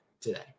today